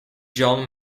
john